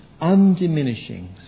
undiminishing